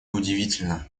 удивительно